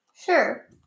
Sure